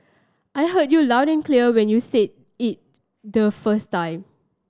I heard you loud and clear when you said it the first time